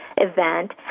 event